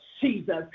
Jesus